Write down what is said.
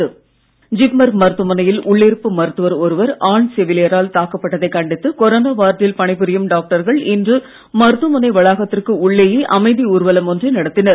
ஜிப்மர் பேரணி ஜிப்மர் மருத்துவமனையில் உள்ளிருப்பு மருத்துவர் ஒருவர் ஆண் செவிலியரால் தாக்கப்பட்டதைக் கண்டித்து கொரோனா வார்டில் பணிபுரியும் டாக்டர்கள் இன்று மருத்துவமனை வளாகத்திற்கு உள்ளேயே அமைதி ஊர்வலம் ஒன்றை நடத்தினர்